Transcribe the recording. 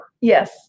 Yes